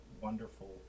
wonderful